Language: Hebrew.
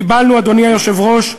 קיבלנו, אדוני היושב-ראש,